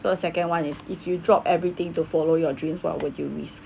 so second one is if you drop everything to follow your dreams what would you risk